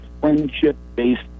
friendship-based